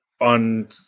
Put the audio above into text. on